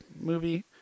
movie